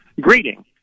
greeting